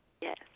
Yes